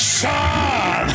son